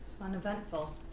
Uneventful